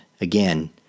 Again